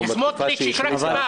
קיבלתם שלושה,